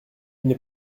n’est